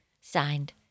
Signed